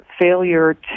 failure